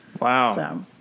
wow